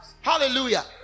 Hallelujah